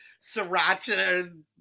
sriracha